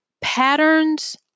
Patterns